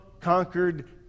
conquered